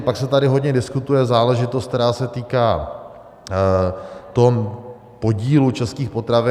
Pak se tady hodně diskutuje záležitost, která se týká podílu českých potravin.